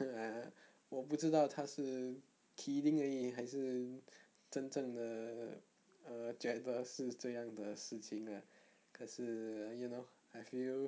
(uh huh) 我不知道他是 kidding 而已还是真正的 err 觉得是这样的事情 ah 可是 you know I feel